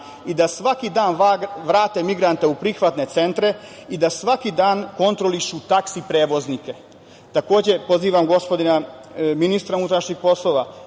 i da svaki dan vrate migrante u prihvatne centre i da svaki dan kontrolišu taksi prevoznike. Takođe, pozivam gospodina ministra unutrašnjih poslova